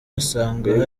asanga